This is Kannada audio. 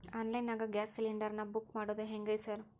ಆನ್ಲೈನ್ ನಾಗ ಗ್ಯಾಸ್ ಸಿಲಿಂಡರ್ ನಾ ಬುಕ್ ಮಾಡೋದ್ ಹೆಂಗ್ರಿ ಸಾರ್?